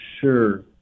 sure